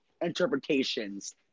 interpretations